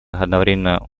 одновременно